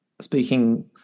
Speaking